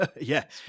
yes